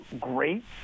great